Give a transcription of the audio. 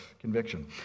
conviction